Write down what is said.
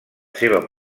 seva